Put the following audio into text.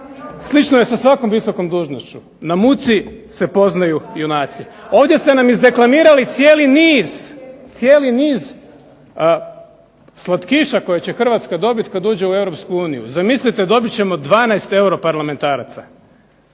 Slično je sa svakom visokom dužnošću. Na muci se poznaju junaci. Ovdje ste nam izdeklamirali cijeli niz "slatkiša" koje će Hrvatska dobiti kad uđe u EU. Zamislite dobit ćemo 12 europarlamentaraca.